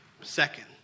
Second